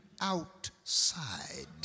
outside